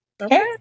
okay